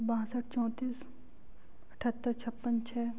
बासठ चौंतीस अठहत्तर छप्पन छः